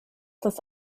das